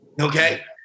Okay